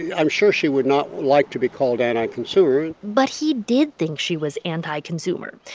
i'm sure she would not like to be called anti-consumer but he did think she was anti-consumer.